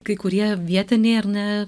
kai kurie vietiniai ar ne